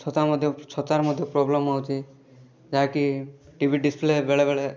ଛତା ମଧ୍ୟ ଛତାର ମଧ୍ୟ ପ୍ରୋବ୍ଲେମ୍ ହେଉଛି ଯାହାକି ଟି ଭି ଡିସପ୍ଲେ ବେଳେବେଳେ